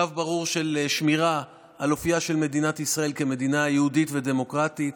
קו ברור של שמירה על אופייה של מדינת ישראל כמדינה יהודית ודמוקרטית.